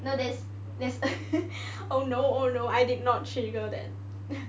no there's there's oh no oh no I did not trigger that